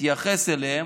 אתייחס אליהן,